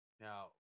now